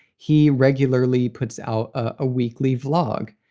he regularly puts out a weekly vlog.